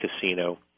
casino